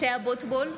(קוראת בשמות חברי הכנסת) משה אבוטבול,